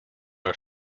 are